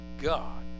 god